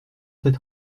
cet